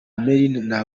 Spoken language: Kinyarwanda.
milena